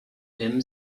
him